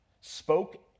spoke